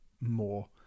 more